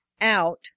out